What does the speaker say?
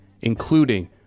including